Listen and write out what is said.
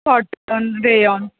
cotton rayon